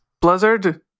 Blizzard